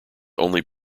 only